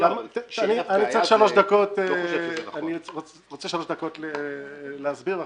--- אני רוצה שלוש דקות להסביר.